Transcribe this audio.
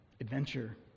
Adventure